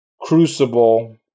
Crucible